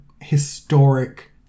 historic